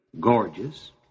gorgeous